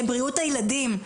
לבריאות הילדים,